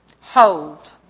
hold